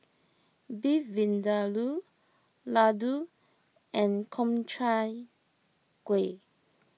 Beef Vindaloo Ladoo and Gobchang Gui